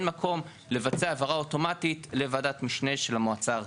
מקום לבצע העברה אוטומטית לוועדת משנה של המועצה הארצית.